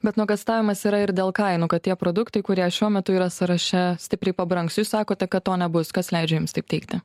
bet nuogąstavimas yra ir dėl kainų kad tie produktai kurie šiuo metu yra sąraše stipriai pabrangs jūs sakote kad to nebus kas leidžia jums taip teigti